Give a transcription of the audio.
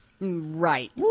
Right